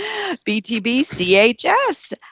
BTBCHS